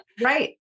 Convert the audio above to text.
Right